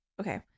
okay